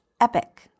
Epic